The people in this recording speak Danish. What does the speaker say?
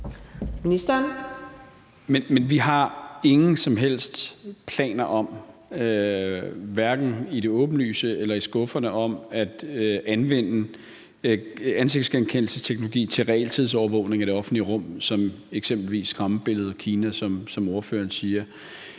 Men vi har ingen som helst planer, hverken i det åbenlyse eller i skufferne, om at anvende ansigtsgenkendelsesteknologi til realtidsovervågning i det offentlige rum som eksempelvis skræmmebilledet Kina, som ordføreren siger